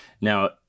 Now